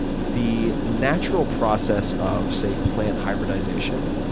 the natural process of, say, plant hybridization,